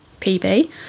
PB